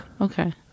okay